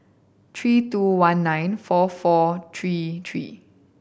three two one nine four four three three